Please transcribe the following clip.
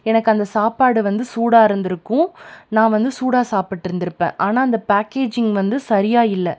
எனக்கு அந்த சாப்பாடு வந்து சூடாக இருந்துருக்கும் நான் வந்து சூடாக சாப்பிட்டுருந்துருப்பேன் ஆனால் அந்த பேக்கேஜிங் வந்து சரியாக இல்லை